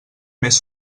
més